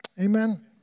Amen